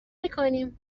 میکنیم